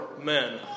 men